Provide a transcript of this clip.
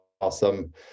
awesome